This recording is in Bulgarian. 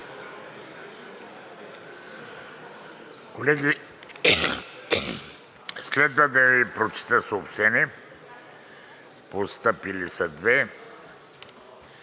Колеги, следва да Ви прочета съобщения, постъпили са две: